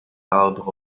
hard